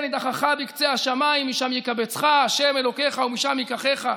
נִדחך בקצה השמים משם יקבצך ה' אלוקיך ומשם יקחך.